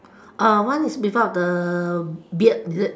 uh one is without the beard is it